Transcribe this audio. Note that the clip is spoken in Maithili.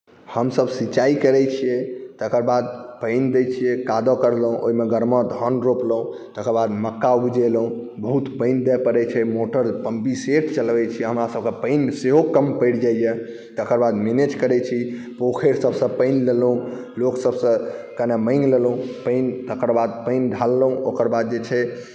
हमसब सिचाइ करै छिए तकर बाद पानि दै छिए कादो करलहुँ ओहिमे गरमा धान रोपलहुँ तकर बाद मक्का उपजेलहुँ बहुत पानि दै पड़ै छै मोटर पम्पिङ्ग सेट चलबै छी हमरा सबके पानि सेहो कम पड़ि जाइए तकर बाद मैनेज करै छी पोखरिसबसँ पानि लेलहुँ लोकसबसँ कनि माँगि लेलहुँ पानि तकर बाद पानि ढाललहुँ ओकर बाद जे छै